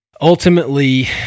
ultimately